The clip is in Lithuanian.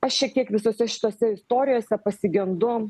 aš šiek tiek visose šitose istorijose pasigendu